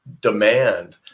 demand